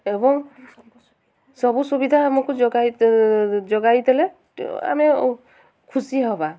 ଏବଂ ସବୁ ସୁବିଧା ଆମକୁ ଯୋଗାଇ ଯୋଗାଇଦେଲେ ଆମେ ଖୁସି ହେବା